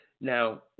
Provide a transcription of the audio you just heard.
Now